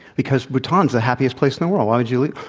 because bhutan's the happiest place in the world, why would you leave?